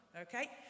Okay